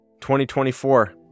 2024